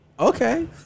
Okay